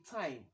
time